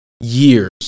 years